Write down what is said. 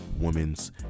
women's